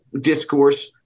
discourse